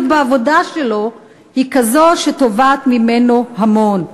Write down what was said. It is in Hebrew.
בעבודה שלו הן כאלה שתובעות ממנו המון.